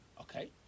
Okay